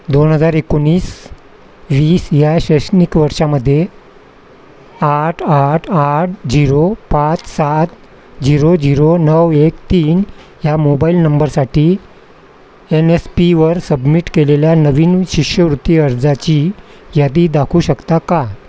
दोन हजार एकोणीस वीस या शैक्षणिक वर्षामध्ये आठ आठ आठ झिरो पाच सात झिरो झिरो नऊ एक तीन ह्या मोबाईल नंबरसाठी एन एस पीवर सबमिट केलेल्या नवीन शिष्यवृत्ती अर्जाची यादी दाखवू शकता का